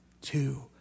two